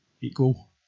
equal